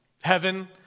Heaven